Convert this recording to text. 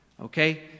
Okay